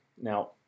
Now